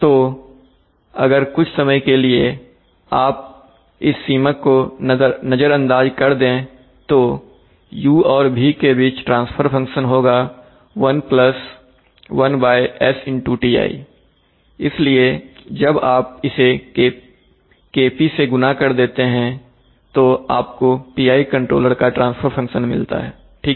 तो अगर कुछ समय के लिए आप इस सीमक को नज़रअंदाज़ कर दें तो u और v के बीच का ट्रांसफर फंक्शन होगा 11STi इसलिए जब आप इसे Kp से गुना कर देते हैं तो आपको PI कंट्रोलर का ट्रांसफर फंक्शन मिलता हैठीक है